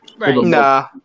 Nah